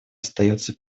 остается